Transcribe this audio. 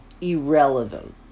irrelevant